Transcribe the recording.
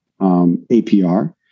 APR